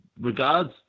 regards